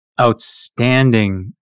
outstanding